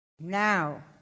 Now